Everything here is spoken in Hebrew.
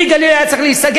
"פרי הגליל" היה צריך להיסגר,